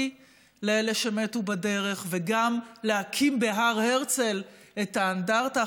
לאלה שמתו בדרך וגם להקים בהר הרצל את האנדרטה,